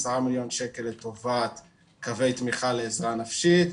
10 מיליון שקל לטובת קווי תמיכה לעזרה נפשית,